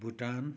Bhutan